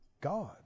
God